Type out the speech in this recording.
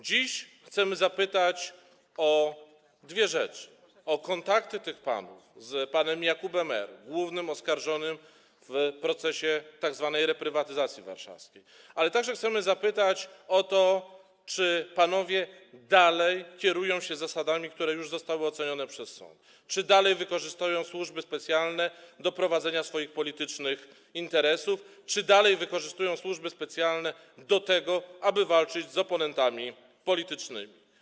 Dziś chcemy zapytać o dwie rzeczy: o kontakty tych panów z panem Jakubem R., głównym oskarżonym w procesie tzw. reprywatyzacji warszawskiej, ale także o to, czy panowie dalej kierują się zasadami, które już zostały ocenione przez sąd, czy dalej wykorzystują służby specjalne do prowadzenia swoich politycznych interesów, czy dalej wykorzystują służby specjalne do tego, aby walczyć z oponentami politycznymi.